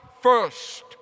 first